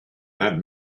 that